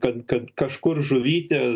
kad kad kažkur žuvytė